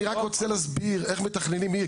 אני רק רוצה להסביר איך מתכננים עיר.